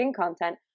content